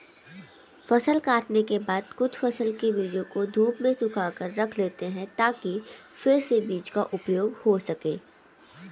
फसल काटने के बाद कुछ फसल के बीजों को धूप में सुखाकर रख लेते हैं ताकि फिर से बीज का उपयोग हो सकें